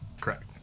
Correct